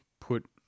Put